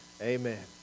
amen